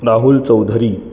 Rahul Chaudhari